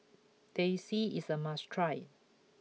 Teh C is a must try